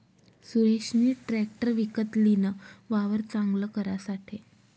सुरेशनी ट्रेकटर विकत लीन, वावर चांगल करासाठे